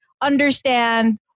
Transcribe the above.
understand